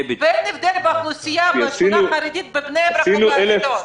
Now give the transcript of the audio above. ואין הבדל באוכלוסייה בשכונה החרדית בבני ברק ובאשדוד.